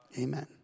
Amen